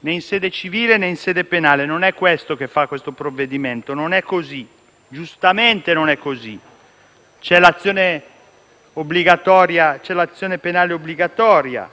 né in sede civile, né in sede penale. Non è questo che fa questo provvedimento. Non è così, giustamente non è così. L'azione penale è obbligatoria,